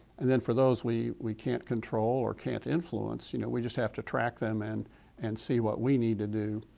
and then for those we we can't control or can't influence, you know we just have to track them and and see what we need to do